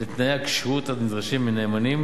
לתנאי כשירות הנדרשים מנאמנים,